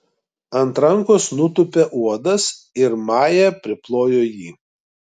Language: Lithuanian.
ant rankos nutūpė uodas ir maja priplojo jį